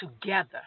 together